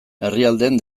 herrialdeen